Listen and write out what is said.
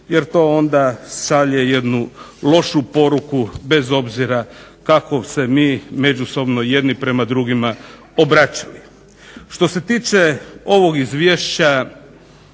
jer to onda šalje jednu lošu poruku bez obzira kako se mi međusobno jedni prema drugima obraćali. Što se tiče ovog Izvješća